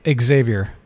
Xavier